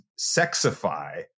sexify